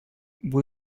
will